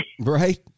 Right